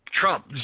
Trump